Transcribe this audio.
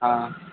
ہاں